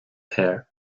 her